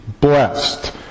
blessed